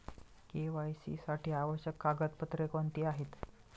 KYC साठी आवश्यक कागदपत्रे कोणती आहेत?